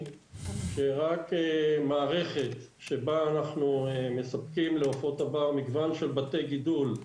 רק מערכת שבה אנחנו מספקים לעופות הבר מגוון בתי גידול,